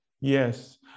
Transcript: Yes